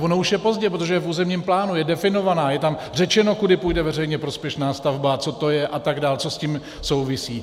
Ono už je pozdě, protože je v územním plánu, je definovaná, je tam řečeno, kudy půjde veřejně prospěšná stavba a co to je a co s tím souvisí.